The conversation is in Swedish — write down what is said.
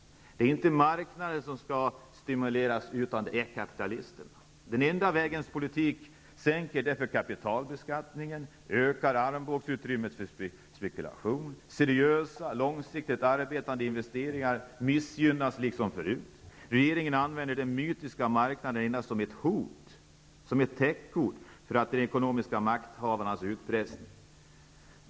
Det är inte marknaden som skall stimuleras, utan det är kapitalisterna. Den enda vägens politik sänker därför kapitalbeskattningen och ökar armbågsutrymmet för spekulation. Seriösa långsiktigt arbetande investeringar missgynnas liksom förut. Regeringen använder den mytiska marknaden närmast som ett hot, som ett täckord för de ekonomiska makthavarnas utpressning.